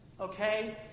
okay